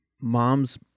mom's